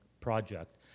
project